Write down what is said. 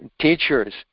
Teachers